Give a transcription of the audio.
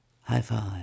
high-five